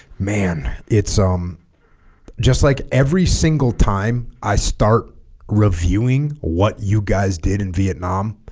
man it's um just like every single time i start reviewing what you guys did in vietnam